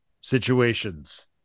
situations